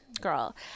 girl